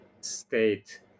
state